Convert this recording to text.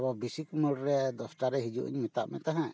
ᱟᱵᱚ ᱵᱤᱥᱤᱴ ᱢᱳᱲ ᱨᱮ ᱫᱚᱥ ᱴᱟ ᱨᱮ ᱦᱤᱡᱩᱜ ᱤᱧ ᱢᱮᱛᱟᱜ ᱢᱮ ᱛᱟᱦᱮᱸᱜ